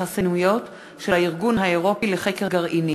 וחסינויות של הארגון האירופי לחקר גרעיני,